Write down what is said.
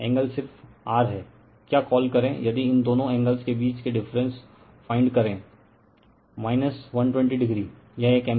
angle सिर्फ r है क्या कॉल करे यदि इन दोनों एंगल्स के बीच के डिफरेंस फाइंड करे 120o यह एक एम्पीयर है